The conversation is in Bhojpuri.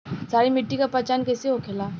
सारी मिट्टी का पहचान कैसे होखेला?